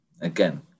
Again